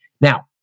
Now